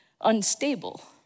unstable